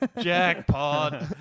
Jackpot